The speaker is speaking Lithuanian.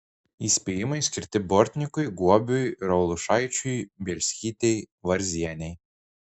įspėjimai skirti bortnikui guobiui raulušaičiui bielskytei varzienei